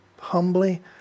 humbly